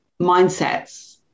mindsets